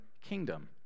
kingdom